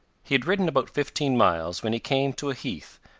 he had ridden about fifteen miles, when he came to a heath,